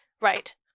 Right